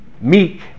meek